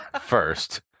first